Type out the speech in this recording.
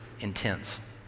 intense